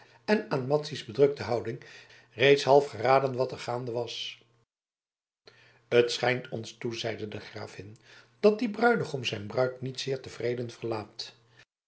en aan madzy's bedrukte houding reeds half geraden wat er gaande was het schijnt ons toe zeide de gravin dat die bruigom zijn bruid niet zeer tevreden verlaat